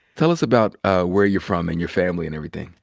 tell us about ah where you're from and your family and everything.